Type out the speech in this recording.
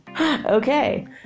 okay